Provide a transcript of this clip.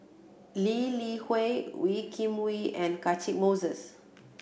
Lee Li Hui Wee Kim Wee and Catchick Moses